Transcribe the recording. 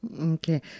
Okay